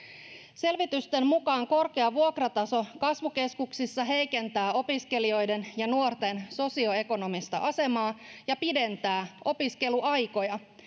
selvitysten mukaan korkea vuokrataso kasvukeskuksissa heikentää opiskelijoiden ja nuorten sosioekonomista asemaa ja pidentää opiskeluaikoja